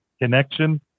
connection